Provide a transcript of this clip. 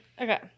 Okay